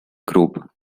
group